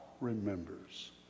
remembers